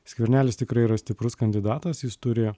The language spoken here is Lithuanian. skvernelis tikrai yra stiprus kandidatas jis turi